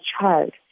child